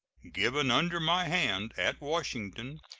given under my hand, at washington,